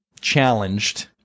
challenged